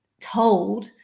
told